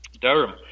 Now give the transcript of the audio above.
Durham